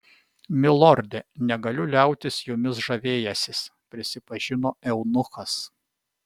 milorde negaliu liautis jumis žavėjęsis prisipažino eunuchas